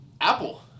Apple